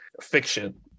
fiction